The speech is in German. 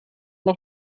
noch